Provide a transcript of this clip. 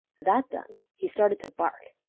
that done, he started to bark.